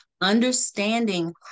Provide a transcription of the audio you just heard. understanding